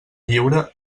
lliure